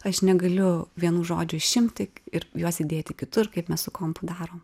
aš negaliu vienų žodžių išimti ir juos įdėti kitur kaip mes su kompu darom